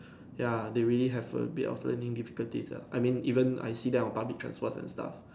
ya they really have a bit of learning difficulties ah I mean even I see them on public transports and stuff